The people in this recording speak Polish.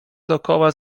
dokoła